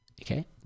Okay